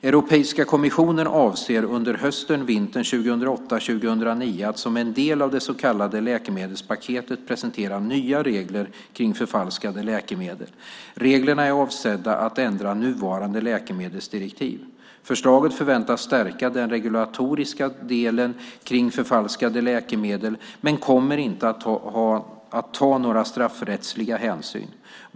Europeiska kommissionen avser under hösten och vintern 2008/09 att som en del av det så kallade läkemedelspaketet presentera nya regler kring förfalskade läkemedel. Reglerna är avsedda att ändra nuvarande läkemedelsdirektiv. Förslaget förväntas stärka den regulatoriska delen kring förfalskade läkemedel men kommer inte att ta några straffrättsliga hänsyn.